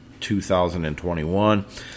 2021